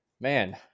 man